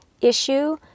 issue